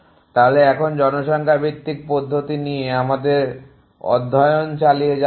তাহলে এখন জনসংখ্যা ভিত্তিক পদ্ধতি নিয়ে আমাদের অধ্যয়ন চালিয়ে যাওয়া যাক